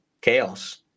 chaos